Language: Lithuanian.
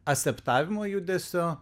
aseptavimo judesio